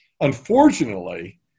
Unfortunately